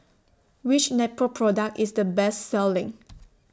Which Nepro Product IS The Best Selling